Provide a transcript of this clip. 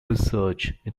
research